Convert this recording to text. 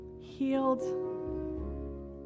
healed